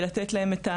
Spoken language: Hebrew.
יוכלו לצאת.